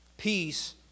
Peace